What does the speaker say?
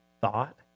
thought